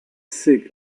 sick